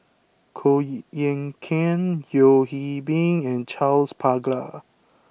Koh Eng Kian Yeo Hwee Bin and Charles Paglar